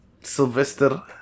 Sylvester